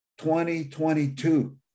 2022